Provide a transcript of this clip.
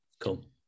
Cool